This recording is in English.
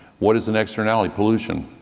what is an externality? pollution.